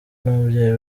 n’umubyeyi